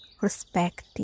respect